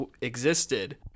existed